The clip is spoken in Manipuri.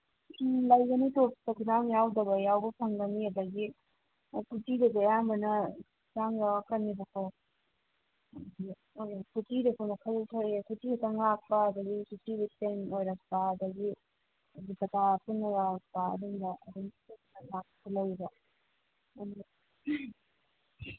ꯎꯝ ꯂꯩꯕꯅꯤ ꯇꯣꯞꯁꯇ ꯈꯨꯗꯥꯡ ꯌꯥꯎꯗꯕ ꯌꯥꯎꯕ ꯐꯪꯒꯅꯤ ꯑꯗꯒꯤ ꯀꯨꯔꯇꯤꯗꯗꯤ ꯑꯌꯥꯝꯕꯅ ꯈꯨꯗꯥꯡ ꯌꯥꯎꯔꯛꯀꯅꯤꯕꯀꯣ ꯎꯝ ꯀꯨꯔꯇꯤꯗꯁꯨ ꯃꯈꯜ ꯊꯣꯛꯑꯦ ꯀꯨꯔꯇꯤ ꯈꯛꯇꯪ ꯂꯥꯛꯄ ꯑꯗꯩ ꯀꯨꯔꯇꯤꯒꯤ ꯑꯣꯏꯔꯛꯄ ꯑꯗꯒꯤ ꯄꯨꯟꯅ ꯌꯥꯎꯔꯛꯞ ꯑꯗꯨꯝꯕ ꯂꯩꯕ